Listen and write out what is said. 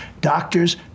doctors